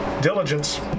Diligence